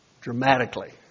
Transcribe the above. dramatically